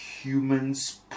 humans